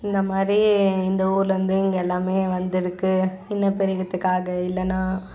இந்தமாதிரி இந்த ஊர்லேருந்து இங்கே எல்லாமே வந்திருக்கு இனப்பெருக்கத்துக்காக இல்லைன்னா